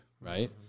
Right